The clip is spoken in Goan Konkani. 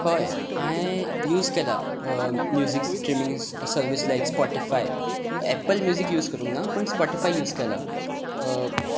हय हांवें यूज केला music streaming service like Spotify Apple Music करूंक ना पूण स्पोटीफाय यूज केलां